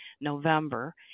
November